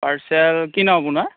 parcel কি নাম আপোনাৰ